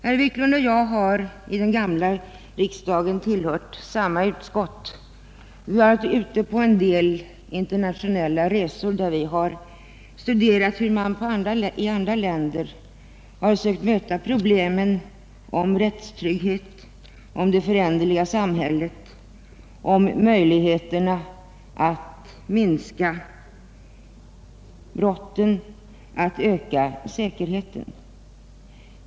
Herr Wiklund och jag tillhörde samma utskott i den gamla riksdagen. Vi gjorde en del resor internationellt och studerade hur man i andra länder sökt lösa rättstrygghetsproblemen och det föränderliga samhällets problem och hur man sökt tillvarata möjligheterna att minska brottsligheten och öka säkerheten.